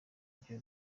byo